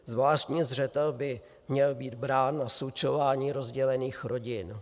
Zvláštní zřetel by měl být brán na slučování rozdělených rodin.